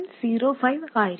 05 ആയിരിക്കും